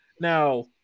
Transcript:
Now